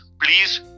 please